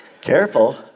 Careful